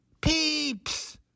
Peeps